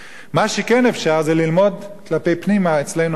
מה שכן אפשר זה ללמוד כלפי פנימה, אצלנו אנחנו.